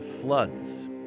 Floods